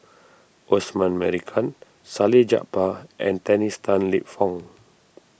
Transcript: Osman Merican Salleh Japar and Dennis Tan Lip Fong